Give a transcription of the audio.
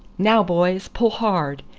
now, boys, pull hard,